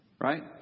Right